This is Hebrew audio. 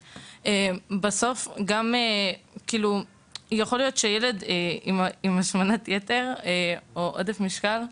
בסוף, יכול להיות שילד עם השמנת יתר ועודף משקל,